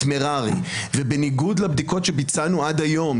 מררי ובניגוד לבדיקות שביצענו עד היום,